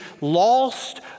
lost